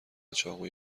چاقوی